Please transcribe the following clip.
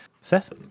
Seth